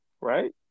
Right